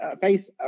face